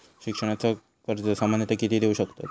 शिक्षणाचा कर्ज सामन्यता किती देऊ शकतत?